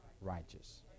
righteous